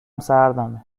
سردمه